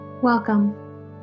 Welcome